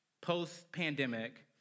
post-pandemic